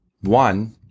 One